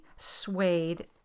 suede